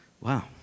Wow